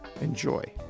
Enjoy